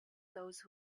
those